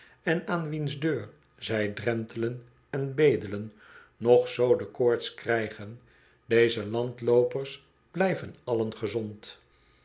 en aan wiens deur zij drentelen en bedelen nog zoo de koorts krijgen deze landloopers blijven allen gezond